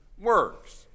works